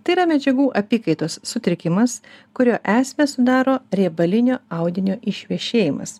tai yra medžiagų apykaitos sutrikimas kurio esmę sudaro riebalinio audinio išvešėjimas